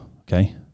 okay